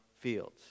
fields